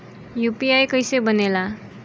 UPI कईसे बनेला?